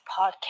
podcast